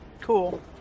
Cool